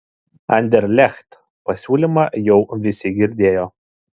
anderlecht pasiūlymą jau visi girdėjo